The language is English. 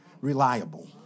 reliable